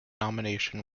nomination